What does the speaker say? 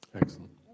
Excellent